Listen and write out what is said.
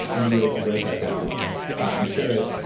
and to be able to write that down and share it.